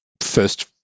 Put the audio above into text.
First